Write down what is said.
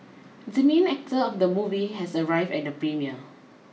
the main actor of the movie has arrived at the premiere